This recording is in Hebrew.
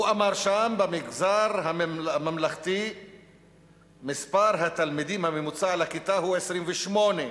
הוא אמר שם: במגזר הממלכתי מספר התלמידים הממוצע לכיתה הוא 28,